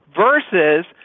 versus